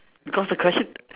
because the question